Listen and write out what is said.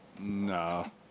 No